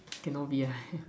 cannot be !haiya!